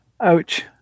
Ouch